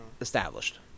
established